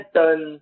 done